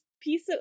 piece